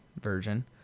version